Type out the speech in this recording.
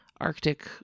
Arctic